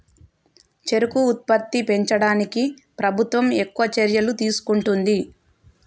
చెరుకు ఉత్పత్తి పెంచడానికి ప్రభుత్వం ఎక్కువ చర్యలు తీసుకుంటుంది